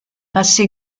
passé